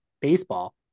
baseball